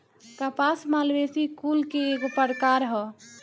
कपास मालवेसी कुल के एगो प्रकार ह